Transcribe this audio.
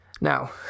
Now